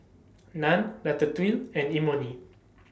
Naan Ratatouille and Imoni